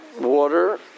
Water